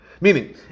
Meaning